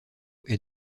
est